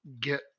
get